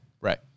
Right